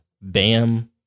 Bam